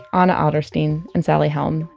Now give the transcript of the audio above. ana adlerstein, and sally helm.